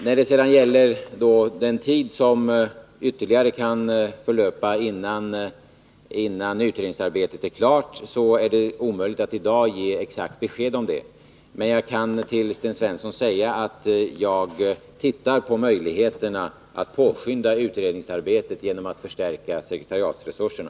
När det sedan gäller den tid som ytterligare kan förlöpa, innan utredningsarbetet är klart, är det omöjligt att i dag ge exakt besked om den. Men jag kan till Sten Svensson säga att jag undersöker möjligheterna att påskynda utredningsarbetet genom att förstärka sekretariatresurserna.